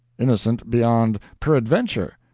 innocent beyond peradventure!